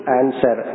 answer